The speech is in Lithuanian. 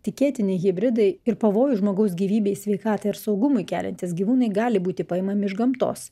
tikėtini hibridai ir pavojų žmogaus gyvybei sveikatai ar saugumui keliantys gyvūnai gali būti paimami iš gamtos